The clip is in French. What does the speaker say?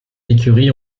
écuries